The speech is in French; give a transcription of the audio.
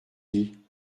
dit